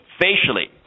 facially